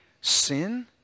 sin